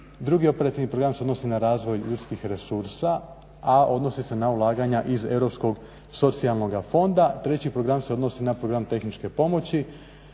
Drugi operativni program se odnosi na razvoj ljudskih resursa, a odnosi se na ulaganja iz Europskog socijalnoga fonda. Treći program se odnosi na program tehničke pomoći.